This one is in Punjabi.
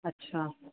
ਅੱਛਾ